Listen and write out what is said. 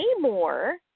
more